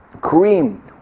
cream